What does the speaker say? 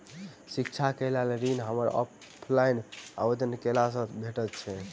शिक्षा केँ लेल ऋण, हमरा ऑफलाइन आवेदन कैला सँ भेटतय की?